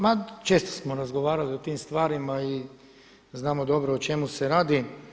Ma često smo razgovarali o tim stvarima i znamo dobro o čemu se radi.